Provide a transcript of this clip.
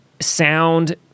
sound